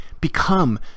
become